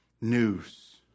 news